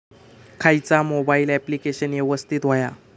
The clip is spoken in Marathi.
खयचा मोबाईल ऍप्लिकेशन यवस्तित होया?